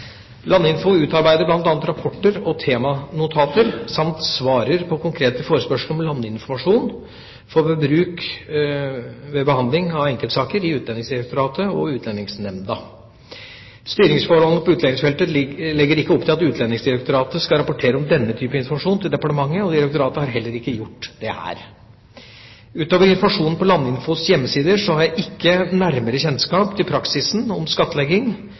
Landinfo utarbeider bl.a. rapporter og temanotater samt svarer på konkrete forespørsler om landinformasjon for bruk ved behandling av enkeltsaker i Utlendingsdirektoratet og Utlendingsnemnda. Styringsforholdene på utlendingsfeltet legger ikke opp til at Utlendingsdirektoratet skal rapportere om denne typen informasjon til departementet, og direktoratet har heller ikke gjort det her. Utover informasjonen på Landinfos hjemmesider har jeg ikke nærmere kjennskap til praksisen om skattlegging av eritreiske borgere i eksil. Det er grunn til å understreke at skattlegging